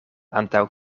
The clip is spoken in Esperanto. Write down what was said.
antaŭ